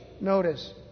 notice